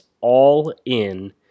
all-in